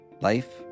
Life